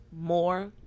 more